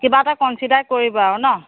কিবা এটা কনচিডাৰ কৰিব আৰু ন